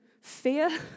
fear